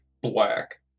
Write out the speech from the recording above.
black